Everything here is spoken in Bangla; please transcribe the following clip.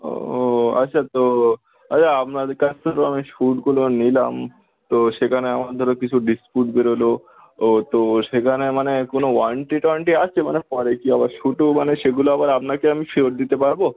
ও আচ্ছা তো আচ্ছা আপনার কাছে তো আমি শুগুলো নিলাম তো সেখানে আমাদেরও কিছু ডিসপুট বেরোলো ও তো সেখানে মানে কোনো ওয়ারেন্টি টোয়ারেন্টি আছে মানে পরে কি আবার শু তো মানে সেগুলো আবার আপনাকে আমি ফেরত দিতে পারব